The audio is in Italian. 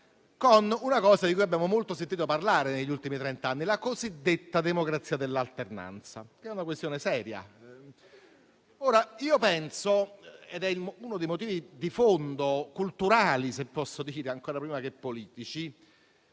con una cosa, di cui abbiamo molto sentito parlare negli ultimi trent'anni: la cosiddetta democrazia dell'alternanza, che è una questione seria. Ora, io penso - ed è uno dei motivi di fondo, culturali, se posso dire, ancora prima che politici